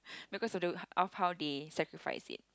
because of the of how they sacrifice it